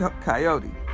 Coyote